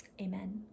Amen